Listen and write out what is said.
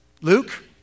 Luke